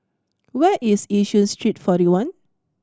where is Yishun Street Forty One